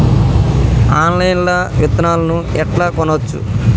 Online లా విత్తనాలను ఎట్లా కొనచ్చు?